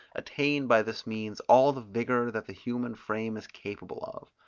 attain by this means all the vigour that the human frame is capable of.